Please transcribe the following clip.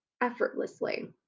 effortlessly